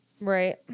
Right